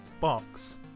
box